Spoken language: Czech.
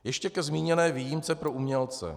Ještě ke zmíněné výjimce pro umělce.